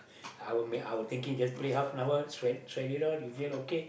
I will make I will thinking just play half an hour sweat sweat it out you feel okay